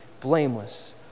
blameless